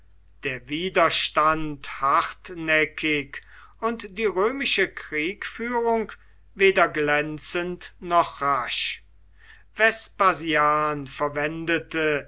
der widerstand hartnäckig und die römische kriegführung weder glänzend noch rasch vespasian verwendete